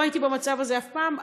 לא הייתי במצב הזה אף פעם,